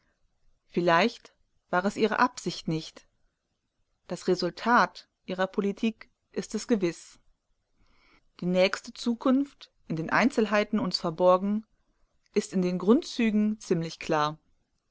vielleicht war es ihre absicht nicht das resultat ihrer politik ist es gewiß die nächste zukunft in den einzelheiten uns verborgen ist in den grundzügen ziemlich klar